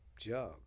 Jug